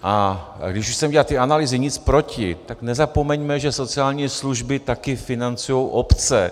A když už jsem dělal ty analýzy, nic proti, tak nezapomeňme, že sociální služby také financují obce.